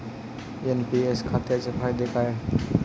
NPS खात्याचे फायदे काय आहेत?